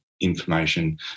information